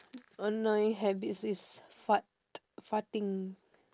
annoying habits is fart farting